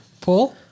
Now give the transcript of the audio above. Paul